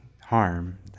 harm